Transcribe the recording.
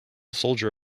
soldier